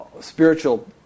spiritual